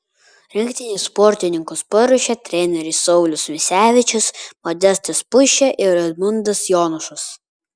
rinktinei sportininkus paruošė treneriai saulius misevičius modestas puišė ir edmundas jonušas